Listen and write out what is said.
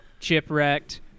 Chipwrecked